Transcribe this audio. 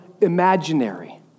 imaginary